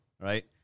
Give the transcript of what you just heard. right